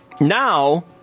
now